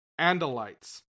Andalites